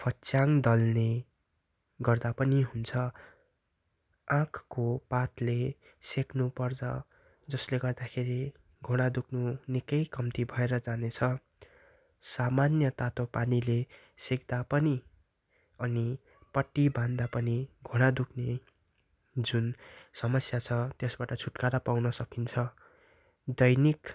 फच्याङ दल्ने गर्दा पनि हुन्छ आँकको पातले सेक्नुपर्छ जसले गर्दाखेरि घुँडा दुख्नु निकै कम्ती भएर जानेछ सामान्य तातो पानीले सेक्दा पनि अनि पट्टी बाँध्दा पनि घुँडा दुख्ने जुन समस्या छ त्यसबाट छुटकारा पाउन सकिन्छ दैनिक